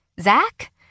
Zach